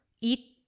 eat